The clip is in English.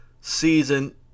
season